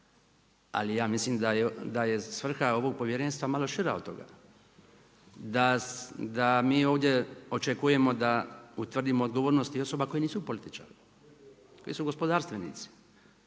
Ali ja mislim da je svrha ovog povjerenstva malo šira od toga, da mi ovdje očekujemo da utvrdimo odgovornost i osoba koje nisu političari, koji su gospodarstvenici.